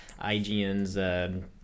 IGN's